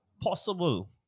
possible